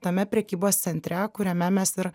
tame prekybos centre kuriame mes ir